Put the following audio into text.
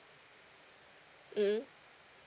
mm